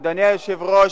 אדוני היושב-ראש,